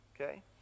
Okay